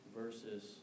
versus